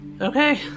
Okay